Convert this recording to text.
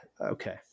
okay